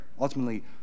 ultimately